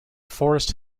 forest